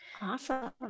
Awesome